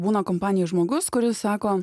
būna kompanijoj žmogus kuris sako